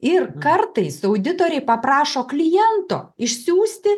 ir kartais auditoriai paprašo kliento išsiųsti